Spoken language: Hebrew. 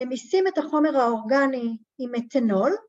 ‫ממיסים את החומר האורגני ‫עם מתנול.